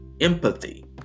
empathy